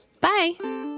Bye